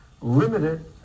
limited